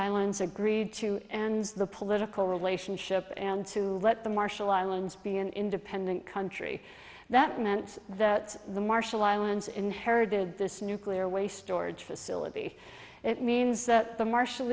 islands agreed to and the political relationship and to let the marshall islands be an independent country that meant that the marshall islands inherited this nuclear waste storage facility it means that the marshal